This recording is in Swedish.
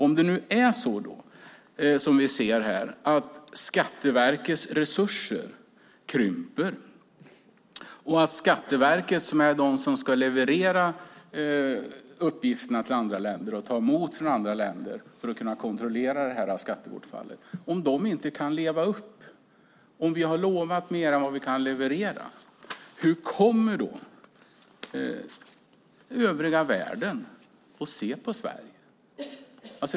Om det nu är så att Skatteverkets resurser krymper och om Skatteverket som ska leverera och även ta emot uppgifter från andra länder för att kontrollera skattebortfallet inte kan leva upp till detta - om vi alltså har lovat mer än vad vi kan leverera - hur kommer då övriga världen att se på Sverige?